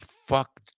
fuck